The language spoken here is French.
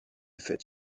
faites